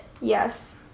Yes